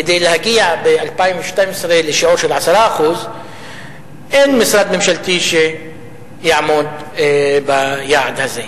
כדי להגיע ב-2012 לשיעור של 10%. אין משרד ממשלתי שיעמוד ביעד הזה.